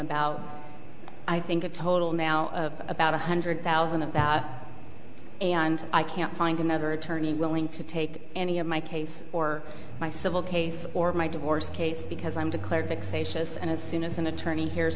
about i think a total now of about one hundred thousand of that and i can't find another attorney willing to take any of my case or my civil case or my divorce case because i'm declared fixations and as soon as an attorney he